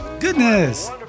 goodness